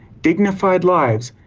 dignified lives,